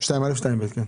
כן.